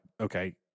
okay